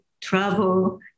travel